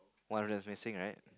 one of them is missing right